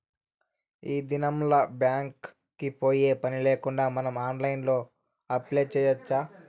ఈ దినంల్ల బ్యాంక్ కి పోయే పనిలేకుండా మనం ఆన్లైన్లో అప్లై చేయచ్చు